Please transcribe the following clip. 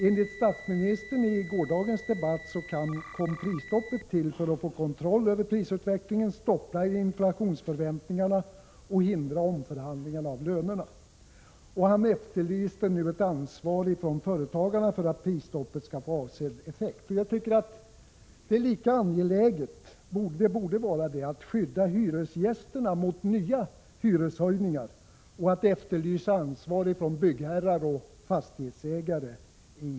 Enligt statsministerns anförande i gårdagens debatt kom prisstoppet till för att man skulle få kontroll över prisutvecklingen, få stopp på inflationsförväntningarna och för att hindra omförhandlingarna beträffande lönerna. Han efterlyste nu ett ansvar från företagarna för att prisstoppet skall få avsedd effekt. Jag tycker att det borde vara lika angeläget att skydda hyresgästerna mot nya hyreshöjningar och att efterlysa ansvar från byggherrar och fastighetsägare.